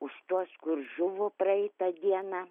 už tuos kur žuvo praeitą dieną